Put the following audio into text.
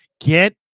get